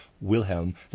Wilhelm